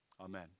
Amen